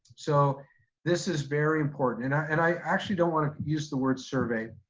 so this is very important. and i and i actually don't want to use the word survey.